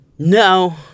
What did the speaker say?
No